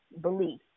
belief